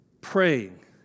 praying